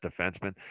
defenseman